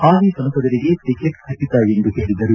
ಹಾಲಿ ಸಂಸದರಿಗೆ ಟಿಕೆಟ್ ಖಚಿತ ಎಂದು ಹೇಳಿದರು